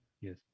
Yes